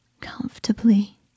comfortably